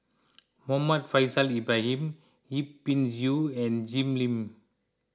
Muhammad Faishal Ibrahim Yip Pin Xiu and Jim Lim